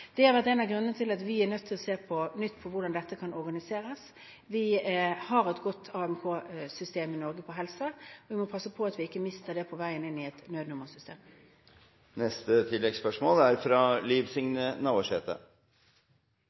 Det har vært en av grunnene til at vi på nytt er nødt til å se på hvordan dette kan organiseres. Vi har i Norge et godt AMK-system for helse. Vi må passe på at vi ikke mister det på vei inn i et nødnummersystem. Liv Signe Navarsete